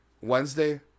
Wednesday